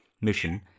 mission